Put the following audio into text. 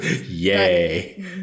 Yay